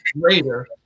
greater